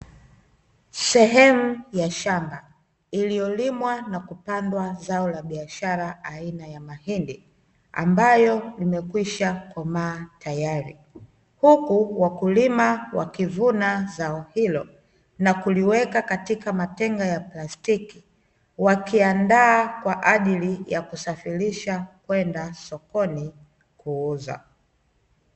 Sehenu ya shamba iliyolimwa na kupandwa zao la biashara aina ya Mahindi, ambayo yamekwisha komaa tayari, huku wakulima wakivuna zao hilo na kuliweka katika Matenga ya Plastiki, wakiandaa kwaajili ya kusafirisha kwenda Sokoni kuuza.